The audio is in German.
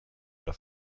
oder